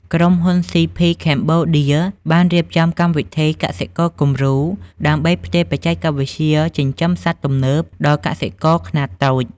ក្រុមហ៊ុន ស៉ីភី ខេមបូឌា (CP Cambodia) បានរៀបចំកម្មវិធី "កសិករគំរូ" ដើម្បីផ្ទេរបច្ចេកវិទ្យាចិញ្ចឹមសត្វទំនើបដល់កសិករខ្នាតតូច។